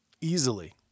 easily